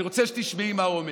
אני רוצה שתשמעי מה הוא אומר.